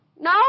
no